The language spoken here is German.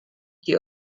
die